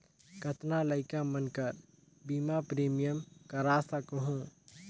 कतना लइका मन कर बीमा प्रीमियम करा सकहुं?